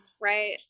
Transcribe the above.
right